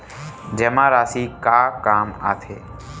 जमा राशि का काम आथे?